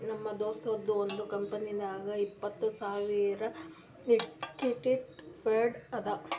ನಮ್ ದೋಸ್ತದು ಒಂದ್ ಕಂಪನಿನಾಗ್ ಇಪ್ಪತ್ತ್ ಸಾವಿರ್ ಇಕ್ವಿಟಿ ಫಂಡ್ ಅದಾ